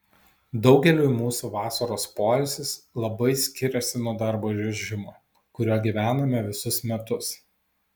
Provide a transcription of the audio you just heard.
daugeliui mūsų vasaros poilsis labai skiriasi nuo darbo režimo kuriuo gyvename visus metus